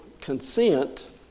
consent